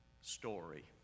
story